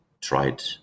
tried